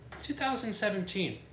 2017